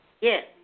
Yes